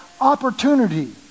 opportunity